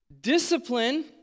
Discipline